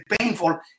painful